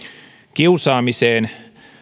kiusaamiseen